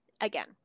again